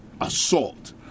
assault